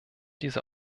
diese